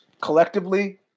collectively